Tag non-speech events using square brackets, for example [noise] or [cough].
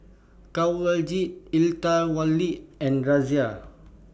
Kanwaljit [unintelligible] and Razia